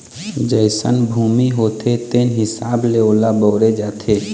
जइसन भूमि होथे तेन हिसाब ले ओला बउरे जाथे